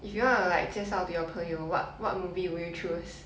if you wanna like 介绍 to your 朋友 what what movie will you choose